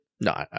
No